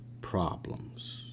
problems